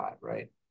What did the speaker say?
Right